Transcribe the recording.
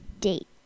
Date